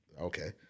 Okay